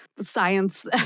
science